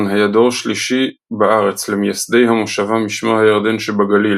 היה דור שלישי בארץ למייסדי המושבה משמר הירדן שבגליל,